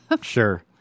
Sure